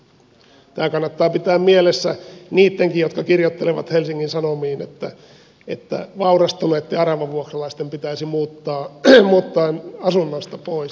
tämä kannattaa pitää mielessä niittenkin jotka kirjoittelevat helsingin sanomiin että vaurastuneitten aravavuokralaisten pitäisi muuttaa asunnoista pois